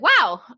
wow